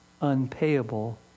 unpayable